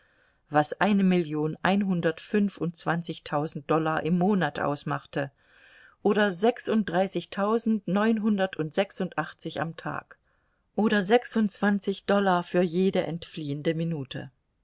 was eine million einhundertundfünfundzwanzigtausend dollar im monat ausmachte oder sechsunddreißigtausendneunhundertundsechsundachtzig am tag oder sechsundzwanzig dollar für jede entfliehende minute